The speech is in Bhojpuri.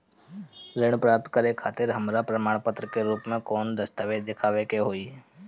ऋण प्राप्त करे खातिर हमरा प्रमाण के रूप में कौन दस्तावेज़ दिखावे के होई?